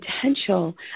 potential